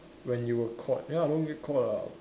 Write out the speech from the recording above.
when you were caught ya I don't get caught ah